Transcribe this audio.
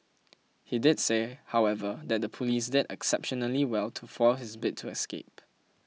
he did say however that the police did exceptionally well to foil his bid to escape